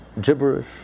gibberish